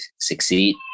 succeed